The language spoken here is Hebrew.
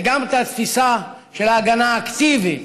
וגם את התפיסה של ההגנה האקטיבית,